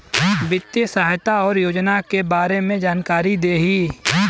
वित्तीय सहायता और योजना के बारे में जानकारी देही?